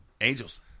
Angels